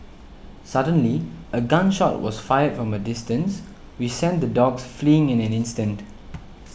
suddenly a gun shot was fired from a distance which sent the dogs fleeing in an instant